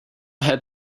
had